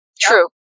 True